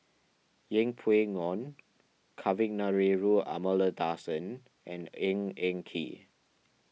Yeng Pway Ngon Kavignareru Amallathasan and Ng Eng Kee